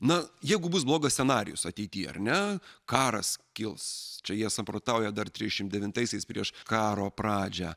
na jeigu bus blogas scenarijus ateityje ar ne karas kils čia jie samprotauja dar trisdešimt devintaisiais prieš karo pradžią